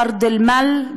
בארד אל-מאל,